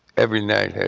every night,